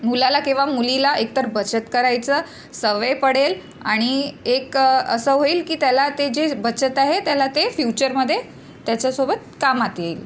मुलाला किंवा मुलीला एकतर बचत करायची सवय पडेल आणि एक असं होईल की त्याला ते जे बचत आहे त्याला ते फ्यूचरमध्ये त्याच्यासोबत कामात येईल